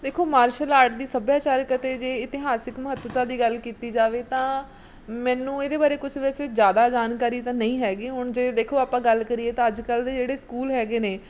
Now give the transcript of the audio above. ਦੇਖੋ martial art ਦੀ ਸੱਭਿਆਚਾਰਕ ਅਤੇ ਜੇ ਇਤਿਹਾਸਿਕ ਮਹੱਤਤਾ ਦੀ ਗੱਲ ਕੀਤੀ ਜਾਵੇ ਤਾਂ ਮੈਨੂੰ ਇਹਦੇ ਬਾਰੇ ਕੁਝ ਵੈਸੇ ਜ਼ਿਆਦਾ ਜਾਣਕਾਰੀ ਤਾਂ ਨਹੀਂ ਹੈਗੀ ਹੁਣ ਜੇ ਦੇਖੋ ਆਪਾਂ ਗੱਲ ਕਰੀਏ ਤਾਂ ਅੱਜ ਕੱਲ੍ਹ ਦੇ ਜਿਹੜੇ ਸਕੂਲ ਹੈਗੇ ਨੇ